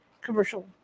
commercial